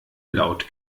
laut